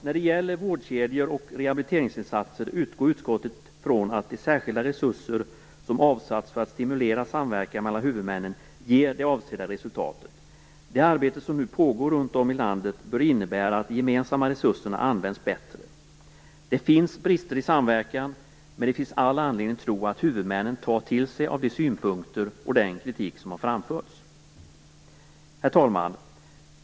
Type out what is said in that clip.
När det gäller vårdkedjor och rehabiliteringsinsatser utgår utskottet från att de särskilda resurser som avsatts för att stimulera samverkan mellan huvudmännen ger det avsedda resultatet. Det arbete som nu pågår runt om i landet bör innebära att de gemensamma resurserna används bättre. Det finns brister i samverkan, men det finns all anledning att tro att huvudmännen tar till sig de synpunkter och den kritik som har framförts. Herr talman!